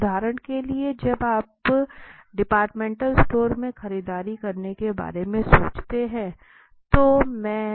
उदाहरण के लिए जब आप डिपार्टमेंटल स्टोर में खरीदारी करने के बारे में सोचते हैं तो मैं